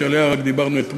שעליה דיברנו רק אתמול,